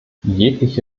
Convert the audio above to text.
jegliche